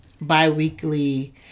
bi-weekly